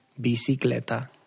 Bicicleta